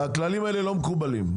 הכללים האלה לא מקובלים,